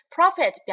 Profit